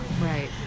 Right